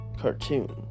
cartoon